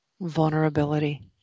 Vulnerability